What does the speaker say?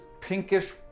pinkish